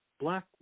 black